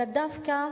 אלא דווקא